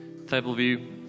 Tableview